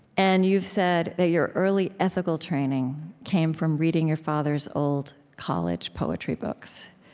and you've said that your early ethical training came from reading your father's old college poetry books.